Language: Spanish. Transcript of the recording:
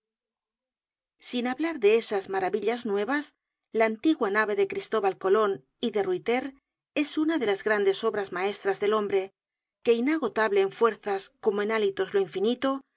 sin hablar de esas maravillas nuevas la antigua nave de cristóbal colon y de ruyter es una de las grandes obras maestras del hombre que inagotable en fuerzas como en hálitos lo infinito